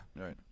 Right